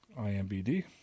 IMBD